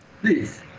Please